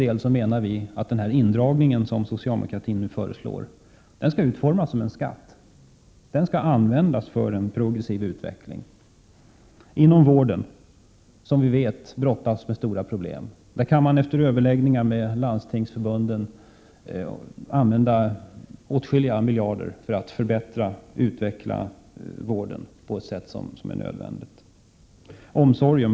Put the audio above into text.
Vi i vpk menar att den indragning som socialdemokraterna nu föreslår skall utformas som en skatt. Den skall användas för en progressiv utveckling inom vården, där man — som vi vet — brottas med stora problem. Inom detta område kan man efter överläggningar med Landstingsförbundet använda åtskilliga miljarder för att förbättra och utveckla vården på det sätt som är nödvändigt.